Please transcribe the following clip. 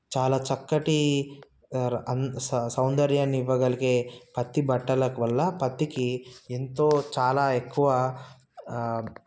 చాలా చక్కటి అంద సౌందర్యాన్ని ఇవ్వగలిగే పత్తి బట్టలకు వల్ల పత్తికి ఎంతో చాలా ఎక్కువ